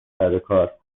سرکار